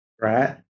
right